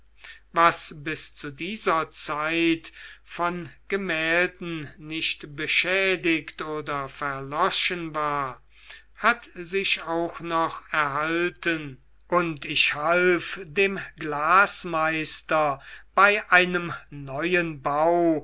was bis zu dieser zeit von gemälden nicht beschädigt oder verloschen war hat sich auch noch erhalten und ich half dem glasmeister bei einem neuen bau